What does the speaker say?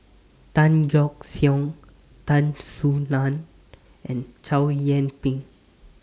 Tan Yeok Seong Tan Soo NAN and Chow Yian Ping